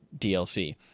DLC